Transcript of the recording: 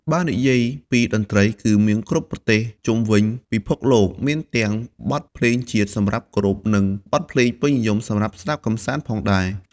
បើនិយាយពីតន្រ្តីគឺមានគ្រប់ប្រទេសជុំវិញពិភពលោក មានទាំងបទភ្លេងជាតិសម្រាប់គោរពនឹងបទភ្លេងពេញនិយមសម្រាប់ស្តាប់កម្សាន្តផងដែរ។